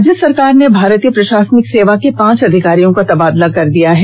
राज्य सरकार ने भारतीय प्रशासनिक सेवा के पांच अधिकारियों का तबादला कर दिया है